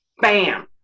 Bam